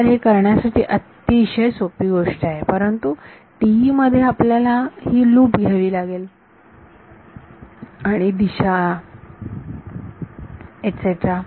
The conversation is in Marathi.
तर ही करण्यासाठी अतिशय सोपी गोष्ट आहे परंतु TE मध्ये आपल्याला ही लूप घ्यावी लागेल आणि दिशा इत्यादी